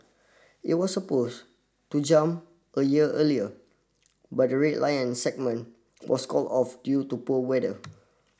it was supposed to jump a year earlier but the Red Lion segment was called off due to poor weather